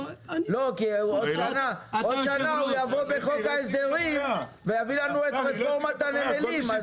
כי בעוד שנה הוא יבוא בחוק ההסדרים ויביא לנו את רפורמת הנמלים.